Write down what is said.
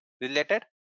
related